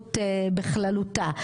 הסבירות בכללותה,